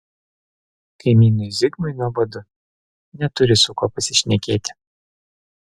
kaimynui zigmui nuobodu neturi su kuo pasišnekėti